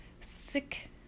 sick